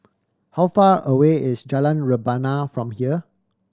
how far away is Jalan Rebana from here